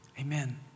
Amen